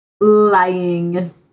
lying